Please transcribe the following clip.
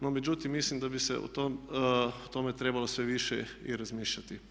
No međutim mislim da bi se o tome trebalo sve više i razmišljati.